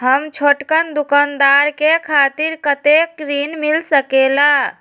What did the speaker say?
हम छोटकन दुकानदार के खातीर कतेक ऋण मिल सकेला?